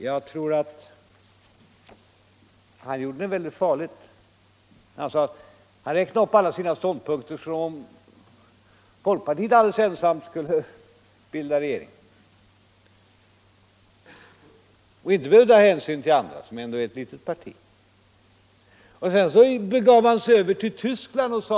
Jag tror att han gjorde det väldigt farligt för sig genom att räkna upp alla sina ståndpunkter, som om folkpartiet alldeles ensamt skulle bilda regering och inte behövde ta hänsyn till andra. Men folkpartiet är ändå ett litet parti. Så begav han sig till Tyskland.